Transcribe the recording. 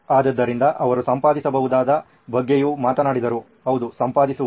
ಆದ್ದರಿಂದ ಅವರು ಸಂಪಾದಿಸಬಹುದಾದ ಬಗ್ಗೆಯೂ ಮಾತನಾಡಿದರು ಹೌದು ಸಂಪಾದಿಸುವುದು